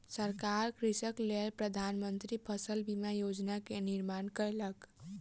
सरकार कृषकक लेल प्रधान मंत्री फसल बीमा योजना के निर्माण कयलक